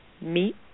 meet